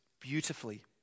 beautifully